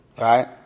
right